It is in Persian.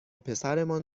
پسرمان